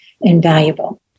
invaluable